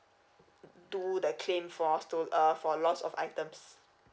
do the claim for sto~ uh for loss of items